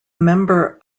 member